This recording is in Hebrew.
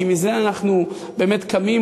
כי מזה אנחנו באמת קמים,